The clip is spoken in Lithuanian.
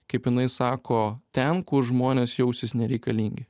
kaip jinai sako ten kur žmonės jausis nereikalingi